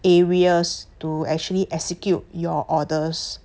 areas to actually execute your orders